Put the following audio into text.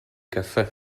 caffè